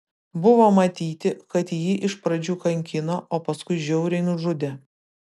buvo matyti kad jį iš pradžių kankino o paskui žiauriai nužudė